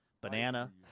banana